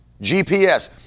GPS